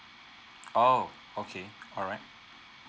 oh okay alright